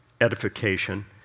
edification